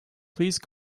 please